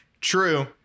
True